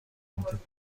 بودیم